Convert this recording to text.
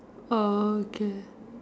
okay